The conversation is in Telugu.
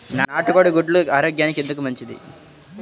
నాటు కోడి గుడ్లు ఆరోగ్యానికి ఎందుకు మంచిది?